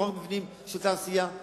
לא רק מבנים של תעשייה.